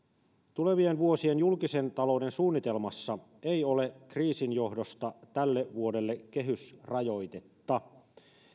tulevien vuosien julkisen talouden suunnitelmassa ei ole kriisin johdosta tälle vuodelle kehysrajoitetta